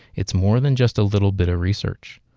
it's more than just a little bit of research.